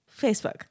Facebook